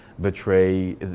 betray